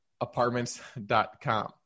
apartments.com